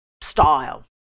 style